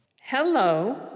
Hello